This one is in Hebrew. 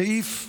סעיף 3(ג)